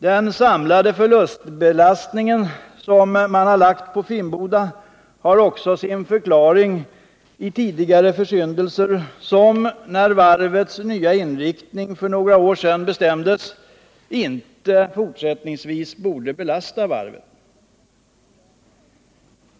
Den samlade förlustbelastning som lagts på Finnboda har också sin förklaring i tidigare försyndelser som, när varvets nya inriktning för några år sedan bestämdes, i fortsättningen inte borde belasta varvet.